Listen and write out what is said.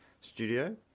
studio